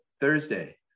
thursday